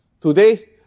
Today